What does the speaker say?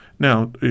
Now